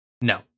No